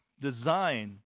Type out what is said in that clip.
design